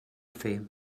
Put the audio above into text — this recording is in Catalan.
fer